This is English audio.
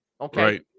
okay